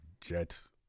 Jets